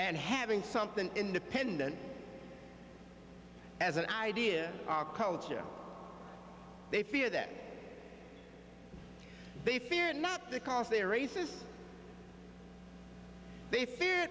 and having something independent as an idea our culture they fear that they fear not because they are racist they fear